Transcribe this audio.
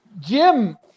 Jim